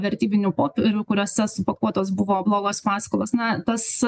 vertybinių popierių kuriuose supakuotos buvo blogos paskolos na tas